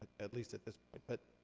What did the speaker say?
at least at this point. but